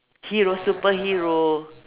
hero superhero